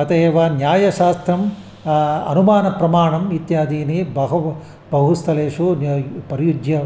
अतः एव न्यायशास्त्रम् अनुमानप्रमाणम् इत्यादीनि बहु बहुस्थलेषु प्रयुज्य